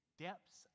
depths